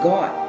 God